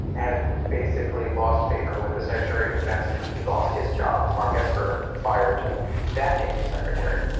had basically lost favor with the secretary of defense and he lost his job. mark esper fired that navy secretary.